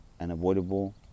unavoidable